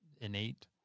innate